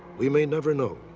we may never know.